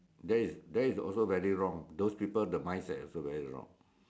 that is that is also very wrong those people the mindset also very wrong